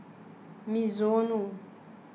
Mizuno